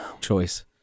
choice